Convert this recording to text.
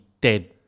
dead